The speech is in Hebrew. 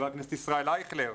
וישראל אייכלר.